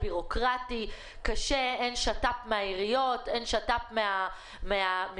אני חושב שנוכל להתחיל איזושהי בשורה לאותן שכונות שכל כך סובלות.